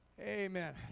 Amen